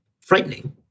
frightening